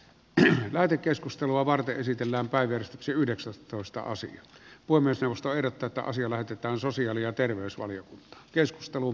renkaiden keskustelua varten esitellään päiväys yhdeksäs toista asi oi puhemiesneuvosto ehdottaa että asia lähetetään sosiaali ja terveysvaliokuntaan